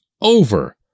over